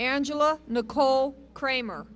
angela nicole kramer